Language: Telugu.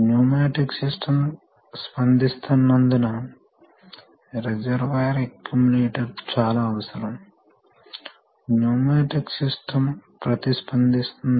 మరియు వారు ఓపెన్ పాక్షికంగా ఓపెన్ లేదా పాక్షికంగా మూసివేయబడిన మరియు కొన్నిసార్లు పూర్తి క్లోజ్డ్ లూప్ కంట్రోల్ ను ఉపయోగిస్తారు